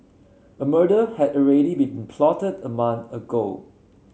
a murder had already been plotted a month ago